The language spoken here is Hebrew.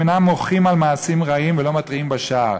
אינם מוחים על מעשים רעים ולא מתריעים בשער.